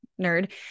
nerd